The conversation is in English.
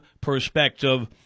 perspective